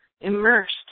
immersed